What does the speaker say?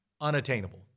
Unattainable